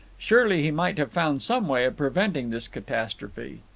surely he might have found some way of preventing this catastrophe.